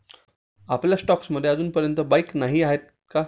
आपल्या स्टॉक्स मध्ये अजूनपर्यंत बाईक नाही आहे का?